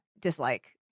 Dislike